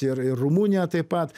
ir ir rumunija taip pat